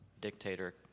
dictator